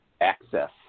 access